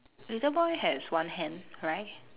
little boy has one hand right